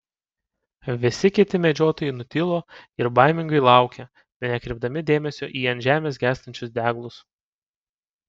visi kiti medžiotojai nutilo ir baimingai laukė nekreipdami dėmesio į ant žemės gęstančius deglus